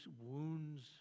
wounds